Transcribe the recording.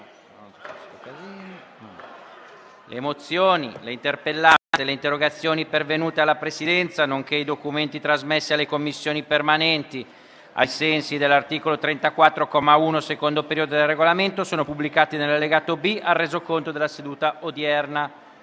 Le mozioni, le interpellanze e le interrogazioni pervenute alla Presidenza, nonché gli atti e i documenti trasmessi alle Commissioni permanenti ai sensi dell'articolo 34, comma 1, secondo periodo, del Regolamento sono pubblicati nell'allegato B al Resoconto della seduta odierna.